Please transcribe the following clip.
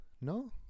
no